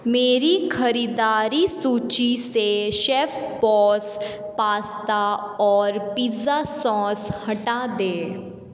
मेरी ख़रीददारी सूची से शेफ़बॉस पास्ता और पिज़्ज़ा सॉस हटा दें